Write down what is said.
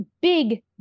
big